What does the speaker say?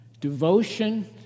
Devotion